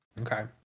okay